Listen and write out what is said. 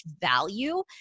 value